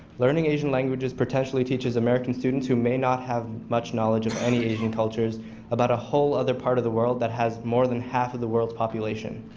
learning asian languages potentially teaches american students who may not have much knowledge of any asian cultures about a whole other part of the world that has more than half of the world's population.